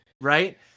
right